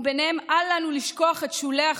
וביניהם אל לנו לשכוח את שולי החברה,